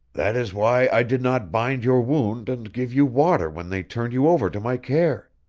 that is why i did not bind your wound and give you water when they turned you over to my care.